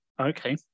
Okay